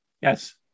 Yes